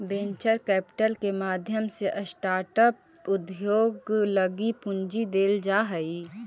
venture capital के माध्यम से स्टार्टअप उद्योग लगी पूंजी देल जा हई